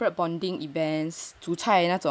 corporate bonding events to 煮菜那种